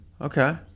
okay